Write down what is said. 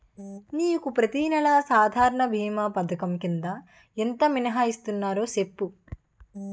నీకు ప్రతి నెల సాధారణ భీమా పధకం కింద ఎంత మినహాయిస్తన్నారో సెప్పు